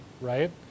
right